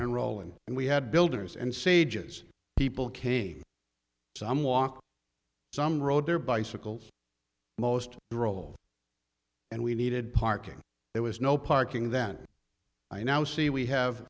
and rolling and we had builders and sages people came some walk some rode their bicycles most rural and we needed parking there was no parking then i now see we have